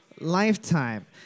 lifetime